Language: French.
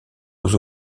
aux